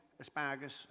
asparagus